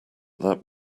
that